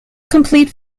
complete